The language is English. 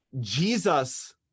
Jesus